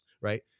right